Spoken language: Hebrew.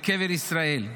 לקבר ישראל.